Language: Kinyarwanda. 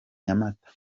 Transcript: nyamata